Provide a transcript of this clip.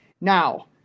Now